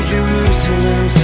Jerusalem